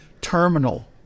terminal